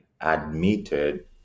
admitted